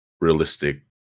realistic